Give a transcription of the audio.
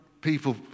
people